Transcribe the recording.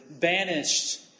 banished